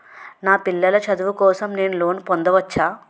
నా పిల్లల చదువు కోసం నేను లోన్ పొందవచ్చా?